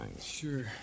Sure